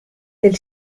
del